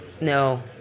No